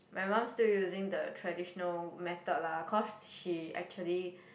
my mum still using that traditional method lah cause she actually